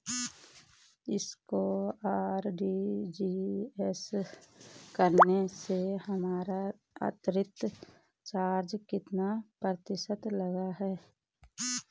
किसी को आर.टी.जी.एस करने से हमारा अतिरिक्त चार्ज कितने प्रतिशत लगता है?